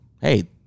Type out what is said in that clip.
hey